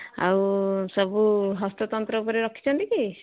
ଆଉ ସବୁ ହସ୍ତତନ୍ତ ଉପରେ ରଖିଛନ୍ତି କି